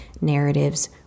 narratives